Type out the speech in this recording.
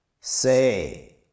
Say